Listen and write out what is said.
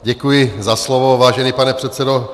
Děkuji za slovo, vážený pane předsedo.